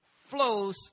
flows